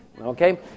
Okay